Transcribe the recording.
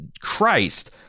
Christ